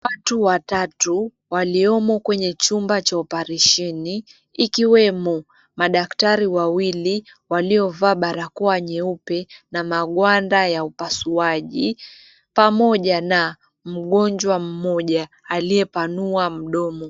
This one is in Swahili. Watu watatu, waliomo kwenye chumba cha oparesheni , ikiwemo madaktari wawili waliova barakoa nyeupe na magwanda ya upasuaji pamoja na mgonjwa mmoja aliyepanua mdomo.